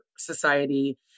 society